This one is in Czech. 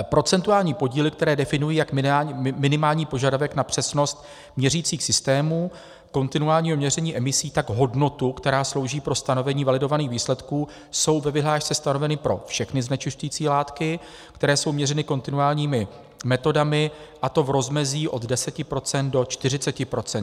Procentuální podíly, které definují jak minimální požadavek na přesnost měřicích systémů kontinuálního měření emisí, tak hodnotu, která slouží pro stanovení validovaných výsledků, jsou ve vyhlášce stanoveny pro všechny znečišťující látky, které jsou měřeny kontinuálními metodami, a to v rozmezí od 10 procent do 40 procent.